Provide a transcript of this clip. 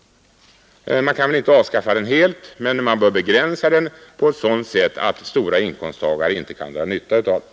Man kan väl inte avskaffa avdragsrätten helt, men man bör åtminstone begränsa den på ett sådant sätt att stora inkomsttagare inte kan dra nytta av den.